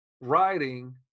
writing